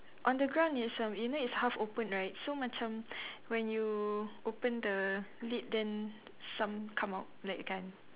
on the ground is erm you know it's half open right so macam when you open the lid then some come out that kind